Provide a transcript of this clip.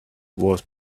was